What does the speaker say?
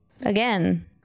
Again